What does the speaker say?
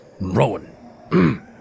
Rowan